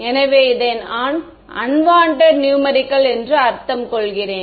எனவே இதை நான் அன்வான்டட் நூமரிகள் என்று அர்த்தம் கொள்கிறேன்